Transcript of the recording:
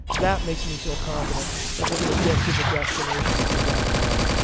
that makes me feel confident that we're going to get to the destination that we've got in mind.